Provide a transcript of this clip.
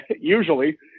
usually